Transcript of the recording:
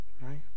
right